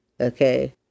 okay